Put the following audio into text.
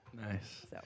Nice